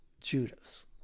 judas